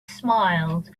smiled